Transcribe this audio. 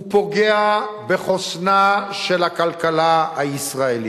הוא פוגע בחוסנה של הכלכלה הישראלית.